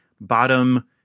bottom